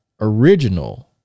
original